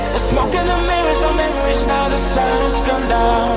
smoke and the mirrors are memories now the sun has gone